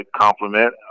compliment